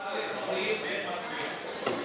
א' מורידים, ב' מצביעים.